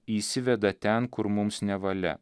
įsiveda ten kur mums nevalia